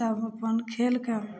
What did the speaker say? तब अपन खेलिके